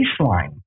baseline